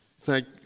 thank